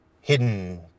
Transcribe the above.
hidden